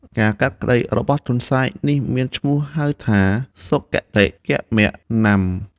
ការកាត់ក្តីរបស់ទន្សាយនេះមានឈ្មោះហៅថា សុគតិគមនំ គឺដំណើរល្អប្រកបដោយ សុចរិតយុត្តិធម៌។